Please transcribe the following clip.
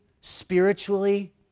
spiritually